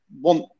want